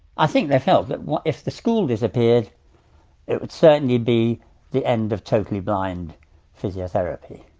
ah think they felt that if the school disappeared it would certainly be the end of totally blind physiotherapy.